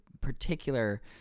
particular